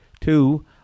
Two